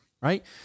Right